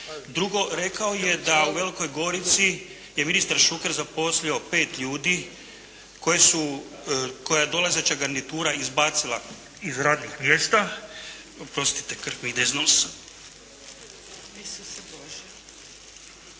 Drugo, rekao je da u Velikoj Gorici je ministar Šuker zaposlio pet ljudi koji su, koje je dolazeća garnitura izbacila iz radnih mjesta… Oprostite, krv mi ide iz nosa.